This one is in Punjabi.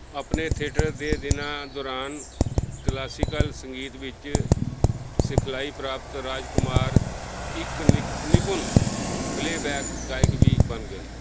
ਆਪਣੇ ਥੀਏਟਰ ਦੇ ਦਿਨਾਂ ਦੌਰਾਨ ਕਲਾਸੀਕਲ ਸੰਗੀਤ ਵਿੱਚ ਸਿਖਲਾਈ ਪ੍ਰਾਪਤ ਰਾਜਕੁਮਾਰ ਇੱਕ ਨਿਕ ਨਿਪੁੰਨ ਪਲੇਬੈਕ ਗਾਇਕ ਵੀ ਬਣ ਗਏ